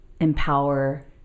empower